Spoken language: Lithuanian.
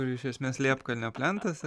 kur iš esmės liepkalnio plentas